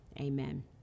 Amen